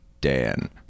Dan